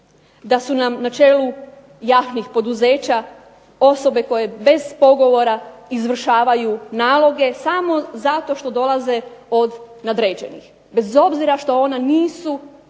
da su nam na čelu javnih poduzeća osobe koje bez pogovora izvršavaju naloge samo zato što dolaze od nadređenih, bez obzira što ona nisu